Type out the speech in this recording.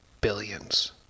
Billions